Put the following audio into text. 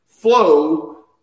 flow